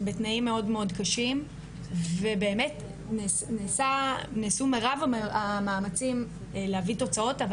בתנאים מאוד מאוד קשים ובאמת נעשו מירב המאמצים להביא תוצאות אבל